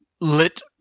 lit